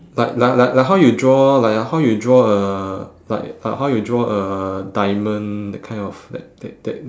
like like like like how you draw like how you draw a like uh how you draw a diamond that kind of that that that